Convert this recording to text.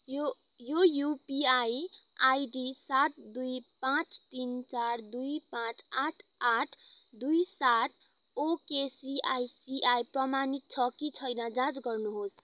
यो यो UPI ID सात दुई पाँच तिन चार दुई पाँच आठ आठ दुई सात ओकेसिआइसिआई प्रमाणित छ कि छैन जाँच गर्नुहोस्